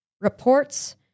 Reports